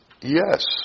yes